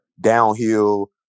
downhill